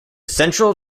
central